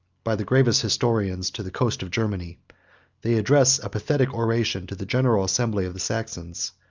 by the gravest historians, to the coast of germany they address a pathetic oration to the general assembly of the saxons,